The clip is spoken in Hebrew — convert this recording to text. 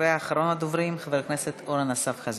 ואחרון הדוברים, חבר הכנסת אורן אסף חזן.